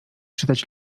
czytać